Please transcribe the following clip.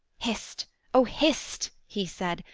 hist o hist he said,